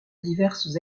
diverses